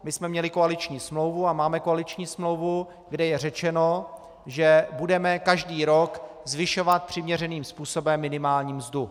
My jsme měli koaliční smlouvu a máme koaliční smlouvu, kde je řečeno, že budeme každý rok zvyšovat přiměřeným způsobem minimální mzdu.